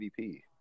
MVP